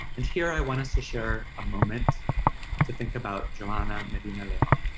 and here i want us to share a moment to think about johana medina leon.